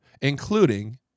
including